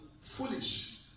foolish